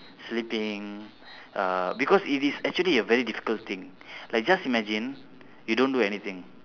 sleeping uh because it is actually a very difficult thing like just imagine you don't do anything